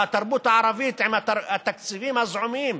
והתרבות הערבית היא עם התקציבים הזעומים